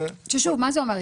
שוב, מה זה אומר?